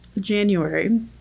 January